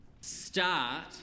start